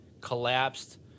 collapsed